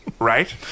Right